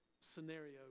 scenario